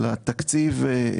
כתוב שזה יהיה לתקופה מסוימת,